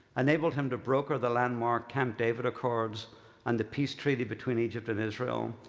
enabled him to broker the landmark camp david accords and the peace treaty between egypt and israel,